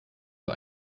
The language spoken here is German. bei